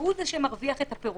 והוא זה שמרוויח את הפירות.